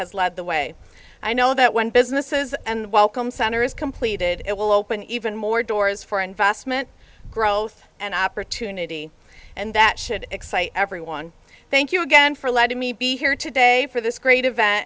has led the way i know that when businesses and welcome center is completed it will open even more doors for investment growth and opportunity and that should excite everyone thank you again for letting me be here today for this great event